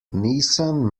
nissan